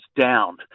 down